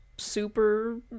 Super